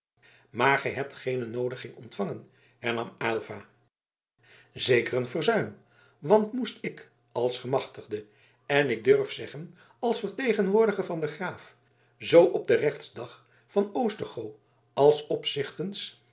maar gij hebt geene noodiging ontvangen hernam aylva zeker een verzuim want moest ik als gemachtigde en ik durf zeggen als vertegenwoordiger van den graaf zoo op den rechtsdag van oostergoo als